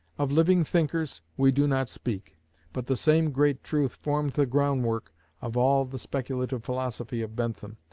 of living thinkers we do not speak but the same great truth formed the groundwork of all the speculative philosophy of bentham,